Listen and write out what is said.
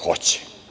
Hoće.